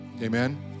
Amen